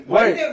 Wait